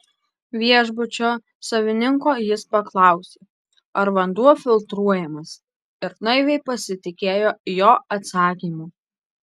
viešbučio savininko jis paklausė ar vanduo filtruojamas ir naiviai pasitikėjo jo atsakymu